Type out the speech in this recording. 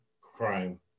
Crime